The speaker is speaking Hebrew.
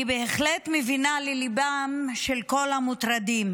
אני בהחלט מבינה לליבם של כל המוטרדים